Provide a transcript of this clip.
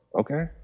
Okay